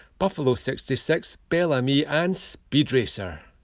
buffalo sixty six bel ami and speed racer.